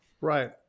Right